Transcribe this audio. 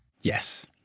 Yes